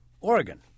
Oregon